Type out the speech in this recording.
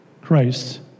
Christ